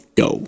go